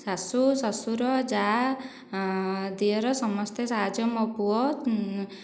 ଶାଶୁ ଶ୍ୱଶୁର ଜାଆ ଦିଅର ସମସ୍ତେ ସାହାଯ୍ୟ ମୋ ପୁଅ